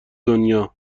دنیا